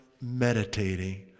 meditating